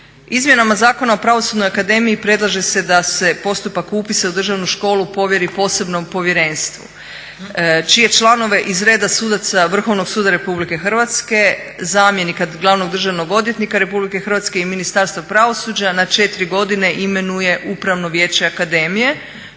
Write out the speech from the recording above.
Izmjenama Zakona o Pravosudnoj akademiji predlaže se da se postupak upisa u državnu školu povjeri posebnom povjerenstvu čije članove iz reda sudaca Vrhovnog suda RH, zamjenika glavnog državnog odvjetnika RH i Ministarstva pravosuđa na 4 godine imenuje Upravno vijeće akademije